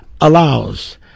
allows